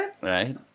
Right